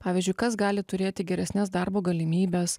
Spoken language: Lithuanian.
pavyzdžiui kas gali turėti geresnes darbo galimybes